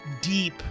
deep